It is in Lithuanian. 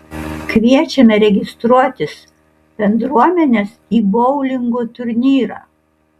kviečiame registruotis bendruomenes į boulingo turnyrą